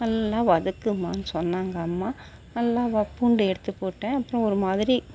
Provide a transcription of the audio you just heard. நல்லா வதக்குமான்னு சொன்னாங்க அம்மா நல்லா பூண்டு எடுத்து போட்டேன் அப்பறம் ஒரு மாதிரி